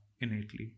innately